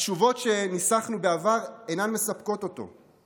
התשובות שניסחנו בעבר אינן מספקות אותו,